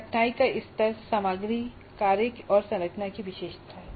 कठिनाई का स्तर सामग्री कार्य और संरचना की विशेषता है